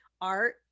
art